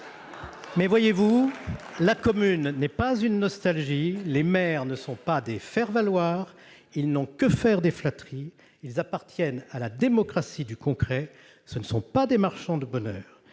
Voyez-vous, la commune n'est pas une nostalgie. Les maires ne sont pas des faire-valoir. Ils n'ont que faire des flatteries. Ils appartiennent à la démocratie du concret. Ce ne sont pas des marchands de bonheur.